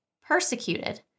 persecuted